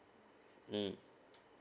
mm